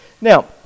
Now